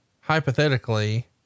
Hypothetically